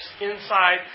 inside